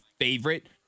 favorite